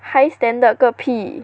high standard 个屁